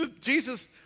Jesus